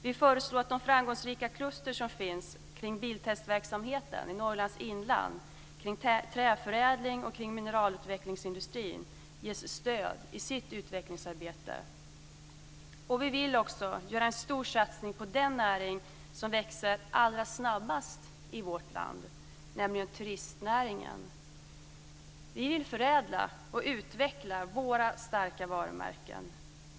Vi föreslår att de framgångsrika kluster som finns kring biltestverksamheten i Norrlands inland, träförädling och mineralutvecklingsindustrin ges stöd i sitt utvecklingsarbete. Vi vill också göra en stor satsning på den näring som växer allra snabbast i vårt land, nämligen turistnäringen. Vi vill förädla och utveckla våra starka varumärken.